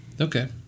Okay